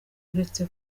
uretse